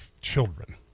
children